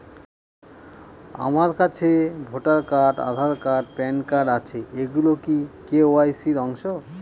আমার কাছে voter card Aadhaar card PAN card আছে এগুলো কি কে.ওয়াই.সি র অংশ?